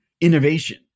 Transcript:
innovation